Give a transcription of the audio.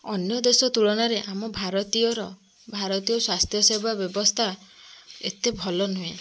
ଅନ୍ୟ ଦେଶ ତୁଳନାରେ ଆମ ଭାରତୀୟର ଭାରତୀୟ ସ୍ୱାସ୍ଥ୍ୟସେବା ବ୍ୟବସ୍ଥା ଏତେ ଭଲ ନୁହେଁ